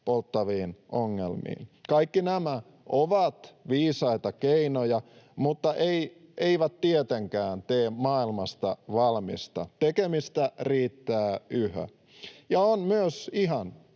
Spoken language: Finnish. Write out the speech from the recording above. polttaviin ongelmiin. Kaikki nämä ovat viisaita keinoja mutta eivät tietenkään tee maailmasta valmista. Tekemistä riittää yhä. On myös ihan